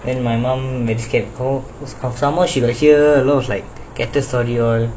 and my mom somehow she got hears a lot of like கெட்ட:ketta story all